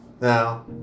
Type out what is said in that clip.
Now